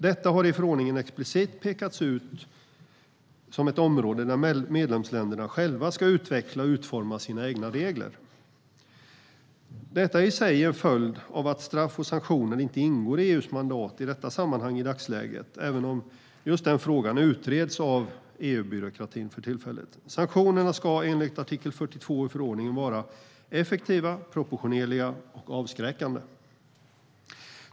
Detta har i förordningen explicit pekats ut som ett område där medlemsländerna själva ska utveckla och utforma sina egna regler. Detta är i sig en följd av att straff och sanktioner inte ingår i EU:s mandat i detta sammanhang i dagsläget, även om just den frågan utreds av EU-byråkratin för tillfället. Sanktionerna ska enligt artikel 42 i förordningen vara effektiva, proportionerliga och avskräckande.